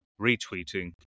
retweeting